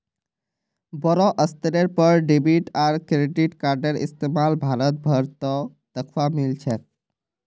बोरो स्तरेर पर डेबिट आर क्रेडिट कार्डेर इस्तमाल भारत भर त दखवा मिल छेक